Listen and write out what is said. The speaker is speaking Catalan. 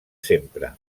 sempre